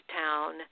town